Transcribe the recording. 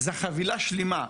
זאת חבילה שלמה.